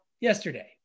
yesterday